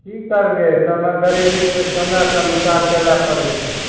की करबै समय गरीबीके समयके अनुसार चलय पड़ै छै